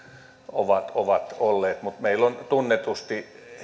ovat ovat olleet mutta meillä on tunnetusti